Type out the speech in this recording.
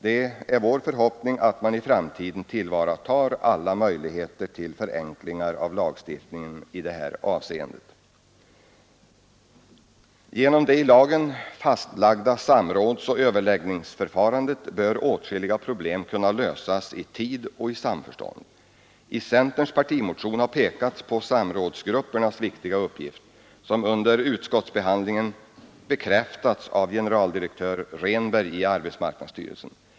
Det är vår förhoppning att man i framtiden tillvaratar alla möjligheter till förenklingar av lagstiftningen i detta avseende. Genom det i lagen fastlagda samrådsoch överläggningsförfarandet bör åtskilliga problem kunna lösas i tid och i samförstånd. I centerns partimotion har pekats på samrådsgruppernas viktiga uppgift, som under utskottsbehandlingen bekräftats av generaldirektör Rehnberg i arbetsmarknadsstyrelsen.